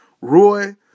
Roy